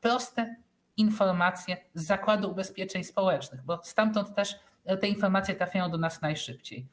Proste informacje z Zakładu Ubezpieczeń Społecznych, bo stamtąd też te informacje trafiają do nas najszybciej: